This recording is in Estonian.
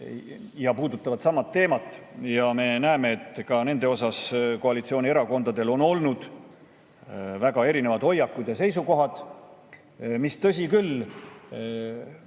ja puudutavad sama teemat. Me näeme, et ka nende puhul koalitsioonierakondadel on olnud väga erinevad hoiakud ja seisukohad. Tõsi küll,